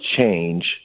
change